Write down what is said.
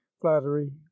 flattery